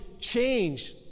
change